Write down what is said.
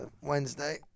Wednesday